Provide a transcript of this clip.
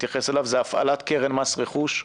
שתתייחס אליו הפעלת קרן מס רכוש,